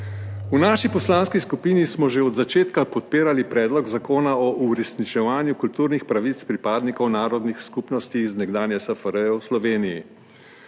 V naši poslanski skupini smo že od začetka podpirali Predlog zakona o uresničevanju kulturnih pravic pripadnikov narodnih skupnosti narodov nekdanje SFRJ v Republiki